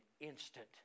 instant